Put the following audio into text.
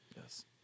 Yes